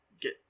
get